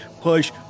push